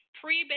pre